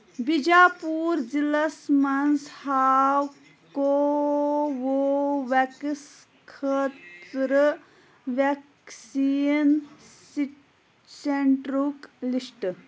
بِجاپوٗر ضلعس منٛز ہاو کوووویٚکس خٲطرٕ ویکسیٖن سینٹرُک لسٹ